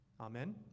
Amen